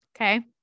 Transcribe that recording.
Okay